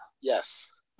Yes